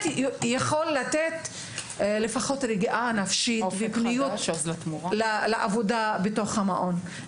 יכול לתת לפחות רגיעה נפשית ופניות לעבודה בתוך המעון.